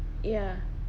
ya